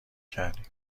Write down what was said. کردیم